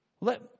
let